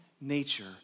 nature